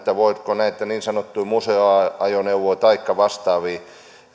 voiko näitä niin sanottuja museoajoneuvoja taikka vastaavia